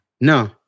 No